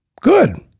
Good